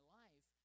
life